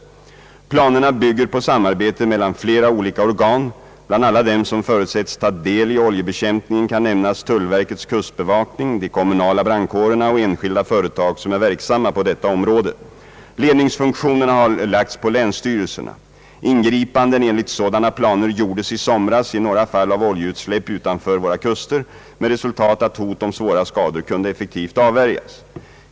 Planerna bygger på samarbete mellan flera olika organ. Bland alla dem som förutsätts ta del i oljebekämpningen kan nämnas tullverkets kustbevakning, de kommunala brandkårerna och enskilda företag som är verksamma på detta område. Ledningsfunktionerna har lagts på länsstyrelserna. Ingripanden enligt sådana planer gjordes i somras i några fall av oljeutsläpp utanför våra kuster med resultat att hot om svåra skador kunde effektivt avvärjas.